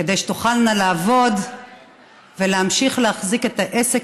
כדי שתוכלנה לעבוד ולהמשיך להחזיק את העסק